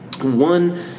One